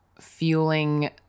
fueling